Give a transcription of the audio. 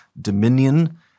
dominion